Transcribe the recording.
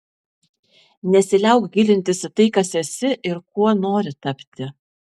nesiliauk gilintis į tai kas esi ir kuo nori tapti